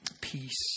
peace